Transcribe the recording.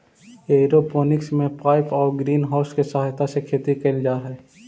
aeroponics में pipe आउ greenhouse के सहायता से खेती कैल जा हइ